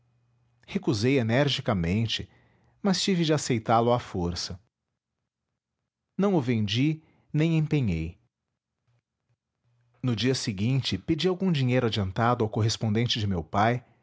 recusei energicamente mas tive de aceitá-lo à força não o vendi nem empenhei no dia seguinte pedi algum dinheiro adiantado ao correspondente de meu pai